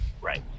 Right